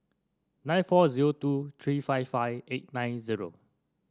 nine four zero two three five five eight nine zero